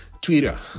Twitter